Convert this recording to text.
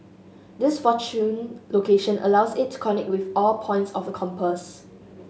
this fortunate location allows it to connect with all points of the compass